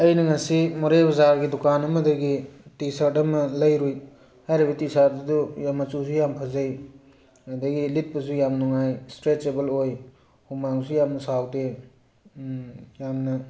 ꯑꯩꯅ ꯉꯁꯤ ꯃꯣꯔꯦ ꯕꯖꯥꯔꯒꯤ ꯗꯨꯀꯥꯟ ꯑꯃꯗꯒꯤ ꯇꯤ ꯁꯥꯔꯠ ꯑꯃ ꯂꯩꯔꯨꯏ ꯍꯥꯏꯔꯤꯕ ꯇꯤ ꯁꯥꯔꯠ ꯑꯗꯨ ꯃꯆꯨꯁꯨ ꯌꯥꯝꯅ ꯐꯖꯩ ꯑꯗꯒꯤ ꯂꯤꯠꯄꯁꯨ ꯌꯥꯝ ꯅꯨꯡꯉꯥꯏ ꯏꯁꯇ꯭ꯔꯦꯠꯆꯦꯕꯜ ꯑꯣꯏ ꯍꯨꯃꯥꯡꯁꯨ ꯌꯥꯝ ꯁꯧꯗꯦ ꯌꯥꯝꯅ